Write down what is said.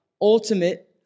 ultimate